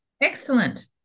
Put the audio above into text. Excellent